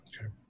Okay